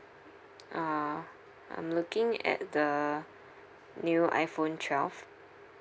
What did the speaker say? uh I'm looking at the new iPhone twelve